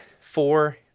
four